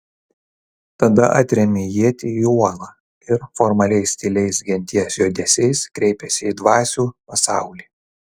tada atrėmė ietį į uolą ir formaliais tyliais genties judesiais kreipėsi į dvasių pasaulį